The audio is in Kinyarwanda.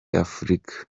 afurika